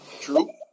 true